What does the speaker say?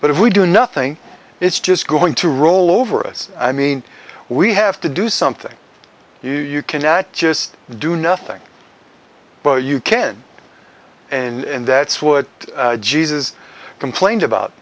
but if we do nothing it's just going to roll over us i mean we have to do something you you cannot just do nothing but you can and that's what jesus complained about